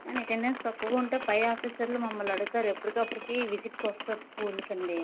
కానీ అటెండెన్స్ తక్కువగా ఉంటే పై ఆఫీసర్లు మమ్మల్ని అడుగుతారు ఎప్పటికప్పుడు విజిట్స్కి వస్తారు స్కూల్కి అండి